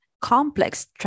complex